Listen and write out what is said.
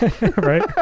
right